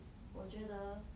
我觉得